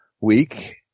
week